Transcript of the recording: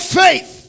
faith